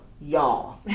y'all